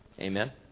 Amen